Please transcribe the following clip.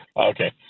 Okay